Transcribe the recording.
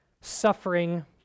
Suffering